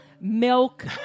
Milk